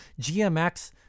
GMX